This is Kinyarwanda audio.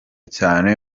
cyane